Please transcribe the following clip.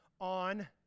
on